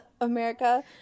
America